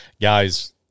Guys